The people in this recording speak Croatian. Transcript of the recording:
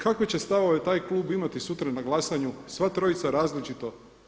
Kakve će stavove taj klub imati sutra na glasanju, sva trojica različito.